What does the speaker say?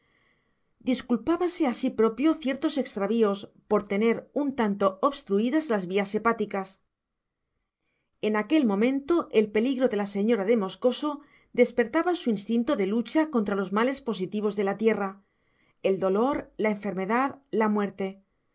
disculpábase a sí propio ciertos extravíos por tener un tanto obstruidas las vías hepáticas en aquel momento el peligro de la señora de moscoso despertaba su instinto de lucha contra los males positivos de la tierra el dolor la enfermedad la muerte